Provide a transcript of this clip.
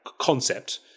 concept